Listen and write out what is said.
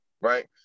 Right